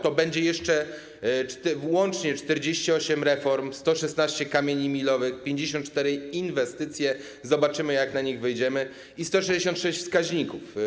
To będzie jeszcze łącznie 48 reform, 116 kamieni milowych, będą 54 inwestycje - zobaczymy, jak na nich wyjdziemy - i będzie 166 wskaźników.